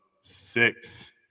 six